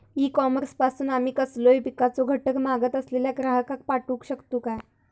E commerce पासून आमी कसलोय पिकाचो घटक मागत असलेल्या ग्राहकाक पाठउक शकतू काय?